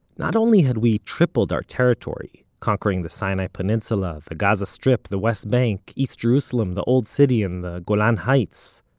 not only had we tripled our territory, conquering the sinai peninsula, the gaza strip, the west bank, east jerusalem, the old city and the golan heights,